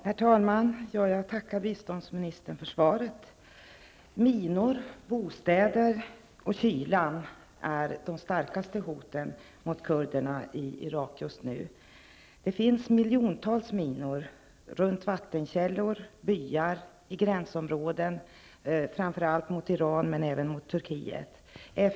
Herr talman! Jag tackar biståndsministern för svaret. Minor, bostäder och kylan är de starkaste hoten mot kurderna i Irak just nu. Det finns miljontals minor runt vattenkällor och byar samt i gränsområden, framför allt mot Iran men även mot Turkiet.